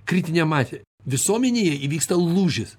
kritinė masė visuomenėje įvyksta lūžis